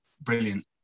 brilliant